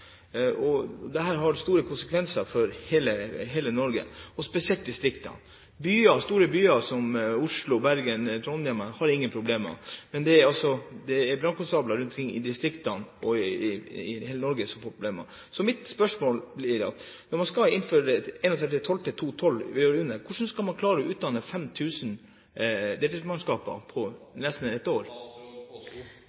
har store konsekvenser for hele Norge og spesielt for distriktene. Store byer som Oslo, Bergen og Trondheim har ingen problemer, det er brannkonstabler rundt omkring i distriktene i hele Norge som får problemer. Mitt spørsmål blir da: Når man 31. desember 2012 skal innføre dette, hvordan skal man klare å utdanne 5 000 deltidsmannskaper